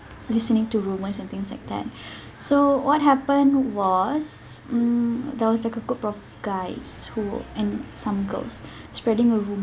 listening to rumours and things like that so what happened was mm there was like a group of guys who and some girls spreading a